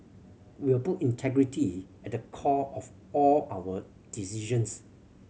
we'll put integrity at the core of all our decisions